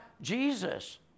Jesus